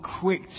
quick